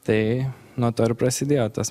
tai nuo to ir prasidėjo tas